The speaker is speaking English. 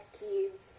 kids